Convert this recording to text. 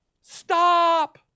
Stop